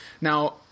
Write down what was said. Now